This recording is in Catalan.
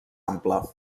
ampla